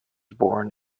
born